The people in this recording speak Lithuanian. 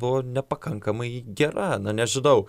buvo nepakankamai gera na nežinau